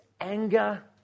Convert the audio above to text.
anger